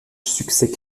succès